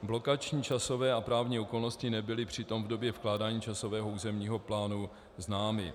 Blokační časové a právní okolnosti nebyly přitom v době vkládání časového omezení územních plánů známy.